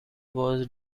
was